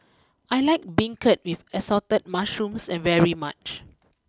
I like Beancurd with assorted Mushrooms very much